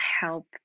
help